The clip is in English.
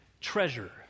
treasure